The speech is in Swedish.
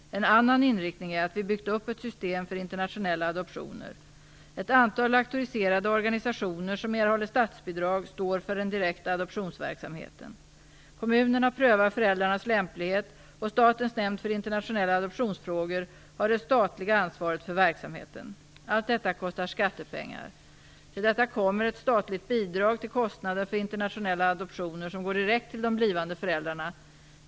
En annan inriktning är att vi byggt upp ett system för internationella adoptioner. Ett antal auktoriserade organisationer, som erhåller statsbidrag, står för den direkta adoptionsverksamheten. Kommunerna prövar föräldrarnas lämplighet, och Statens nämnd för internationella adoptionsfrågor har det statliga ansvaret för verksamheten. Allt detta kostar skattepengar. Till detta kommer ett statligt bidrag till kostnader för internationella adoptioner som går direkt till de blivande föräldrarna.